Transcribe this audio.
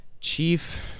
chief